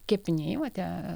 kepiniai va tie